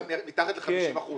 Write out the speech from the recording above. בעצם מייצר תוספת שאין לה מקור.